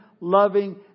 loving